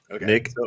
Nick